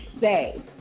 say